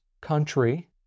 country